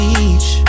Beach